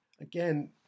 again